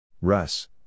Russ